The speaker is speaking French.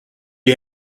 est